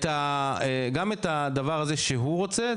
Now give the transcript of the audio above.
גם את הדבר הזה שהוא רוצה,